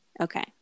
Okay